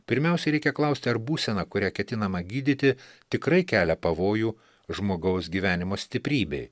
pirmiausiai reikia klausti ar būsena kurią ketinama gydyti tikrai kelia pavojų žmogaus gyvenimo stiprybei